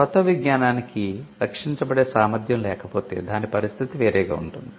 కొత్త విజ్ఞానానికి రక్షించబడే సామర్థ్యం లేకపోతే దాని పరిస్థితి వేరేగా ఉంటుంది